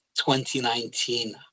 2019